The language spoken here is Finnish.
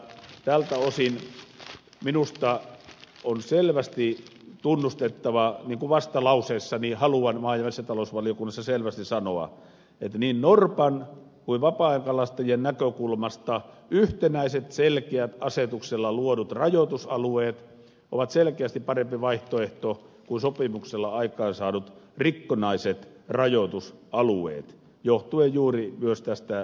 tältä osin minusta on selvästi tunnustettava niin kuin vastalauseessani haluan maa ja metsätalousvaliokunnassa selvästi sanoa että niin norpan kuin vapaa ajan kalastajien näkökulmasta yhtenäiset selkeät asetuksella luodut rajoitusalueet ovat selkeästi parempi vaihtoehto kuin sopimuksella aikaansaadut rikkonaiset rajoitusalueet johtuen juuri myös tästä lähtökohdasta